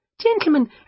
Gentlemen